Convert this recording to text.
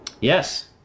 Yes